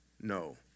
no